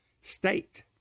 state